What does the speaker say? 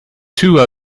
two